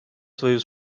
свою